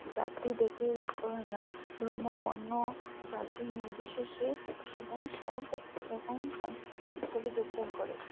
জাতি দেখে করে না ধর্ম বর্ণ জাতি নির্বিশেষে সবাই সব রকম সাংস্কৃতিক উৎসবে যোগদান করে